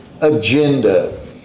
agenda